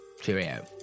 Cheerio